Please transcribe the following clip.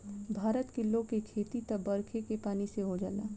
भारत के लोग के खेती त बरखे के पानी से हो जाला